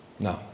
No